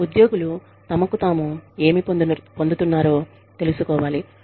ఉద్యోగులు తమకు తాము ఏమి పొందుతున్నారో తెలుసుకోవాలి